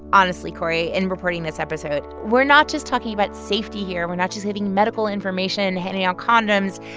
honestly, cory, in reporting this episode we're not just talking about safety here. we're not just giving medical information, handing out condoms.